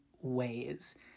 ways